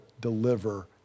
deliver